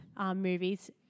movies